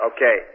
Okay